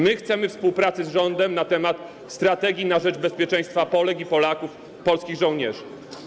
My chcemy współpracy z rządem w zakresie strategii na rzecz bezpieczeństwa Polek i Polaków, polskich żołnierzy.